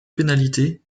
pénalités